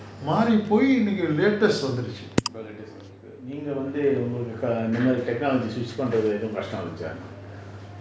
வந்திருக்கு நீங்க வந்து ஒங்களுக்கு இந்த மாரி:vanthiruku neenga vanthu ongaluku intha maari technologies use பண்றதுல எதும் கஷ்டம் இருந்துச்சா:pannrathula ethum kashtam irunthucha